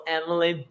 Emily